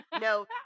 no